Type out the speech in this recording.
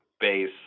base